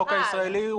החוק הישראלי,